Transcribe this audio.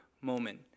moment